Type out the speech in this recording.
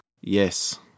Yes